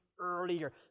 earlier